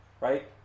right